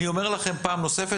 אני אומר לכם פעם נוספת,